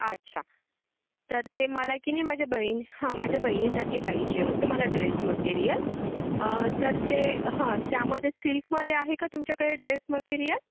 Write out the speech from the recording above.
अच्छा तर ते मला की नाही माझ्या बहीण हा माझ्या बहिणीसाठी पाहिजे होते मला ड्रेस मटेरिअल तर ते हां त्यामध्ये सिल्कमध्ये आहे का तुमच्याकडे ड्रेस मटेरिअल